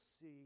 see